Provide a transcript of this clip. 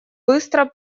быстро